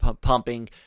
pumping